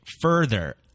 further